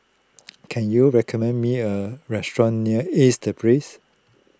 can you recommend me a restaurant near Ace the Place